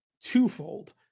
twofold